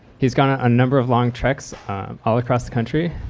he's gone on a number of long treks all across the country.